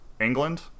England